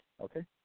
Okay